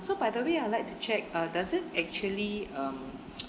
so by the way I'd like to check uh does it actually um